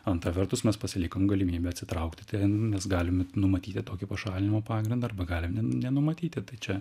antra vertus mes pasilikom galimybę atsitraukti ten nes galim nu numatyti tokį pašalinimo pagrindą arba galim ne nenumatyti tai čia